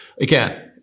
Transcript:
again